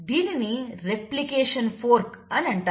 దీనిని replication fork అని అంటారు